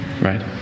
right